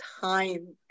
time